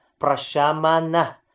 Prashamana